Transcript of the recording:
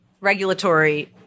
regulatory